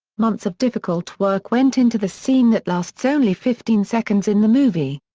months of difficult work went into the scene that lasts only fifteen seconds in the movie.